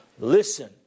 Listen